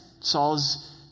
Saul's